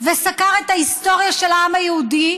וסקר את ההיסטוריה של העם היהודי,